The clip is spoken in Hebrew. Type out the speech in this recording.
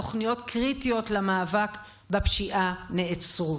תוכניות קריטיות למאבק בפשיעה נעצרו.